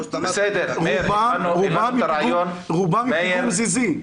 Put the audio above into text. כמו שאתה אמרת --- רובם מפיגום זיזי.